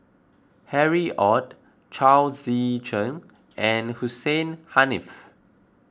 Harry Ord Chao Tzee Cheng and Hussein Haniff